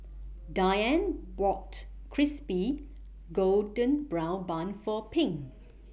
Dianne bought Crispy Golden Brown Bun For Pink